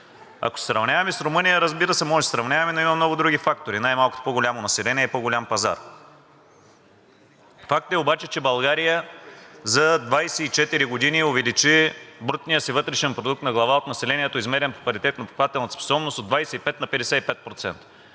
Ако се сравняваме с Румъния, разбира се, можем да се сравняваме, но има много други фактори, най-малкото по-голямо население и по-голям пазар. Факт е обаче, че България за 24 години увеличи брутния си вътрешен продукт на глава от населението, измерен по паритет на покупателна способност от 25% на 55%.